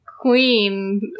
queen